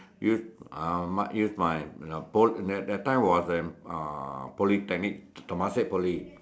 use um use um use my pol~ that that time was uh uh Polytechnic Temasek Poly